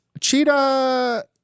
Cheetah